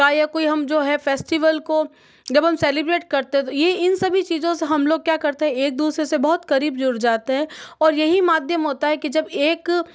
का या कोई हम जो हैं फ़ेस्टिवल को जब हम सेलिब्रेट करते हैं तो ये इन सभी चीज़ों से हम लोग क्या करते हैं एक दूसरे से बहुत करीब जुड़ जाते हैं और यही माध्यम होता है कि जब एक